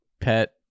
pet